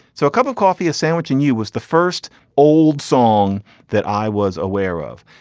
so a cup of coffee a sandwich and you was the first old song that i was aware of.